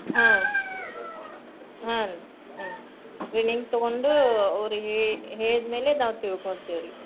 ಹಾಂ ಹಾಂ ಹ್ಞೂ ಟ್ರೈನಿಂಗ್ ತೊಗೊಂಡು ಅವರಿಗೆ ಹೇಳ್ದ ಮೇಲೆ ನಾವು ತಿಳ್ಕೊಂತೇವೆ ರೀ